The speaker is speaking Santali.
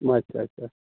ᱟᱪᱪᱷᱟ ᱟᱪᱪᱷᱟ